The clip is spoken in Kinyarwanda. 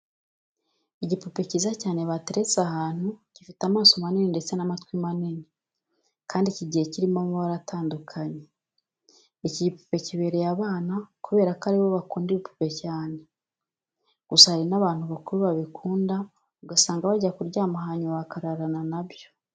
Igipupe cyiza cyane bateretse ahantu gifite amaso manini ndetse n'amatwi manini kandi kigiye kirimo amabara atandukanye. Iki gipupe kibereye abana kubera ko ari na bo bakunda ibipupe cyane. Gusa hari n'abantu bakuru babikunda ugasanga bajya kuryama hanyuma bakararana na byo.